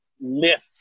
lift